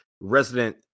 resident